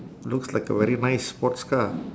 looks like a very nice sports car